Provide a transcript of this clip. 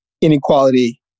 inequality